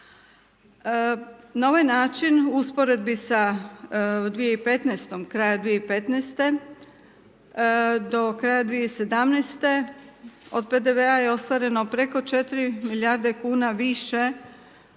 Na ovaj način u usporedbi sa 2015., kraja 2015. do kraja 2017. od PDV-a je ostvareno preko 4 milijarde kuna više.